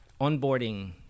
onboarding